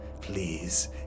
please